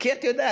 כי את יודעת,